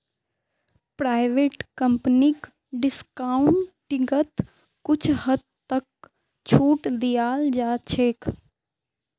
private कम्पनीक डिस्काउंटिंगत कुछ हद तक छूट दीयाल जा छेक